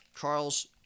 Charles